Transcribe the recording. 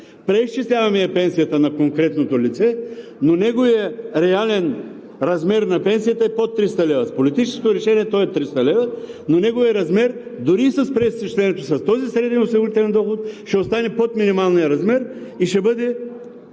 Преизчисляваме пенсията на конкретното лице, но неговият реален размер на пенсията е под 300 лв., с политическото решение той е 300 лв., но неговият размер дори с преизчислението, с този среден осигурителен доход, ще остане под минималния размер и ще бъде…